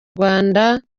rwanda